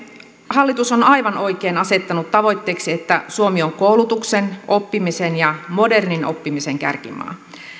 hallitus on aivan oikein asettanut tavoitteeksi että suomi on koulutuksen oppimisen ja modernin oppimisen kärkimaa